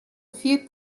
refute